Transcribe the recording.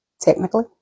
Technically